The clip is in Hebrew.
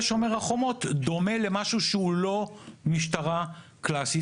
שומר החומות דומה למשהו שהוא לא משטרה קלאסית.